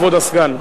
כבוד הסגן.